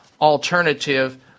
alternative